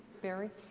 barrie.